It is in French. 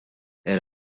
elle